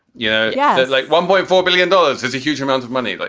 yeah yeah there's like one point four billion dollars is a huge amount of money. like